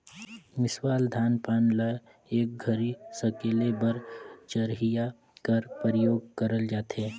मिसावल धान पान ल एक घरी सकेले बर चरहिया कर परियोग करल जाथे